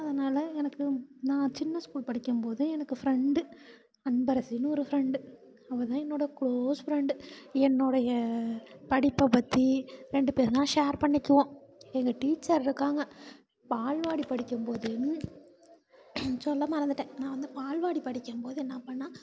அதனாலே எனக்கு நான் சின்ன ஸ்கூல் படிக்கும் போதே எனக்கு ஃப்ரெண்ட்டு அன்பரசினு ஒரு ஃப்ரெண்ட்டு அவள் தான் என்னோடய க்ளோஸ் ஃப்ரெண்ட்டு என்னோடைய படிப்பை பற்றி ரெண்டு பேரும்தான் ஷேர் பண்ணிக்குவோம் எங்கள் டீச்சர் இருக்காங்க பால்வாடி படிக்கும் போதே ம் சொல்ல மறந்துவிட்டேன் நான் வந்து பால்வாடி படிக்கும் போது என்ன பண்ணேன்